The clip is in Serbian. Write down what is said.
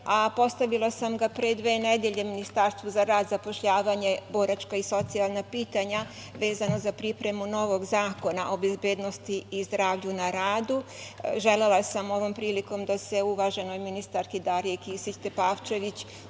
postavila sam ga pre dve nedelje Ministarstvu za rad i zapošljavanje, boračka i socijalna pitanja, vezano za pripremu novog zakona o bezbednosti i zdravlju na radu, želela sam ovom prilikom da se uvaženoj ministarki Dariji Kisić Tepavčević